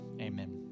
Amen